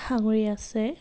সাঙুৰি আছে